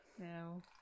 no